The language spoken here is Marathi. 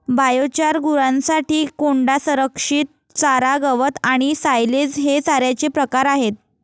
बायोचार, गुरांसाठी कोंडा, संरक्षित चारा, गवत आणि सायलेज हे चाऱ्याचे प्रकार आहेत